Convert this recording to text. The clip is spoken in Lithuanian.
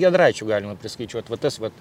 giedraičių galima priskaičiuot va tas vat